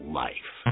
life